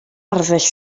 arddull